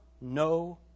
no